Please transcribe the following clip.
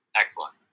Excellent